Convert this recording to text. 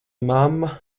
mamma